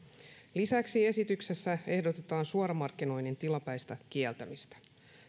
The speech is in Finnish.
lisäksi esityksessä ehdotetaan suoramarkkinoinnin tilapäistä kieltämistä